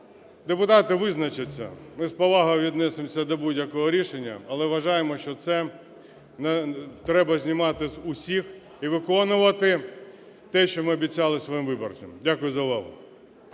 депутати визначаться. Ми з повагою віднесемося до будь-якого рішення, але вважаємо, що це треба знімати з усіх і виконувати те, що ми обіцяли своїм виборцям. Дякую за увагу.